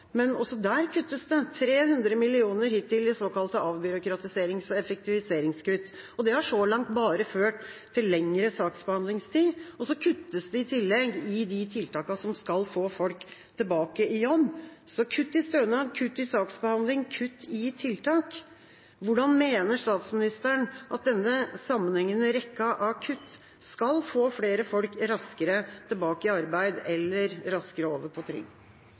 Men også der kuttes det – 300 mill. kr hittil i såkalte avbyråkratiserings- og effektiviseringskutt – og det har så langt bare ført til lengre saksbehandlingstid. I tillegg kuttes det i de tiltakene som skal få folk tilbake i jobb. Kutt i stønad, kutt i saksbehandling, kutt i tiltak – hvordan mener statsministeren at denne sammenhengende rekken av kutt skal få flere folk raskere tilbake i arbeid eller raskere over på